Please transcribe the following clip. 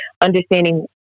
understanding